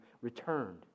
returned